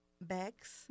bags